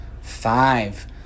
five